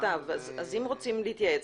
אם רוצים להתייעץ,